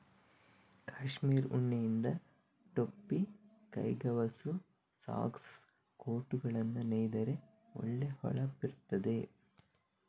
ಕಾಶ್ಮೀರ್ ಉಣ್ಣೆಯಿಂದ ಟೊಪ್ಪಿ, ಕೈಗವಸು, ಸಾಕ್ಸ್, ಕೋಟುಗಳನ್ನ ನೇಯ್ದರೆ ಒಳ್ಳೆ ಹೊಳಪಿರ್ತದೆ